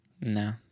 No